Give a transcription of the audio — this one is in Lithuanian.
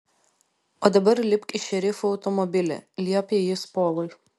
o dabar lipk į šerifo automobilį liepė jis polui